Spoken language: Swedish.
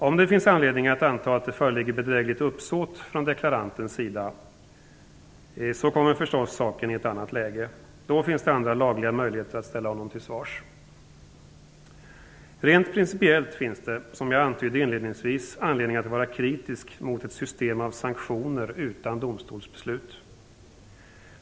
Om det finns anledning att anta att det föreligger bedrägligt uppsåt från deklarantens sida kommer förstås saken i ett annat läge. Då finns det andra lagliga möjligheter att ställa honom till svars. Rent principiellt finns det, som jag antydde inledningsvis, anledning att vara kritisk mot ett system av sanktioner utan domstolsbeslut.